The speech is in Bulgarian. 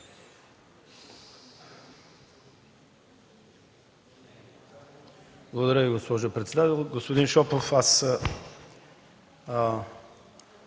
Благодаря Ви, госпожо председател. Господин Шопов, с